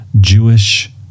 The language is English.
Jewish